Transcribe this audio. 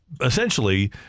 essentially